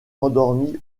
endormis